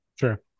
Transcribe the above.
sure